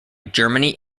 germany